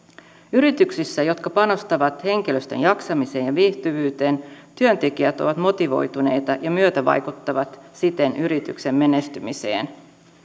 yrityksissä jotka panostavat henkilöstön jaksamiseen ja viihtyvyyteen työntekijät ovat motivoituneita ja myötävaikuttavat siten yrityksen menestymiseen